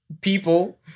people